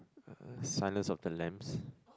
Silence of the Lambs